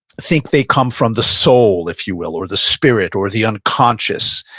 think they come from the soul, if you will, or the spirit or the unconscious,